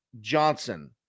Johnson